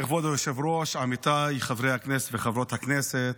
כבוד היושב-ראש, עמיתיי חברי הכנסת וחברות הכנסת,